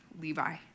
Levi